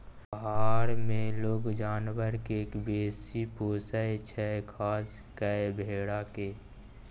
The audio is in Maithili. पहार मे लोक जानबर केँ बेसी पोसय छै खास कय भेड़ा केँ